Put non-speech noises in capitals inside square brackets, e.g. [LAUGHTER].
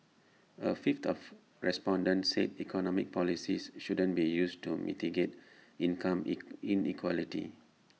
A fifth of respondents said economic policies shouldn't be used to mitigate income [NOISE] inequality